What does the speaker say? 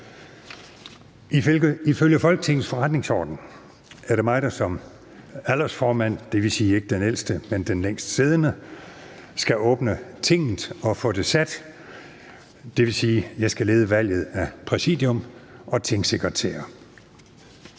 Ifølge Folketingets Forretningsorden er det mig, der som aldersformand, det vil sige ikke den ældste, men den længst siddende, skal åbne Tinget og få det sat. Det vil sige, at jeg skal lede valget af Præsidium og tingsekretærer.